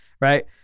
right